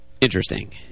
Interesting